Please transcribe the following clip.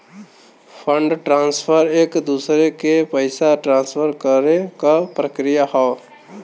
fund transfer एक दूसरे के पइसा ट्रांसफर करे क प्रक्रिया हौ